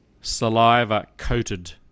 saliva-coated